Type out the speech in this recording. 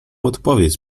odpowiedź